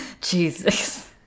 Jesus